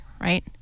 right